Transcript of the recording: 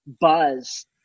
buzz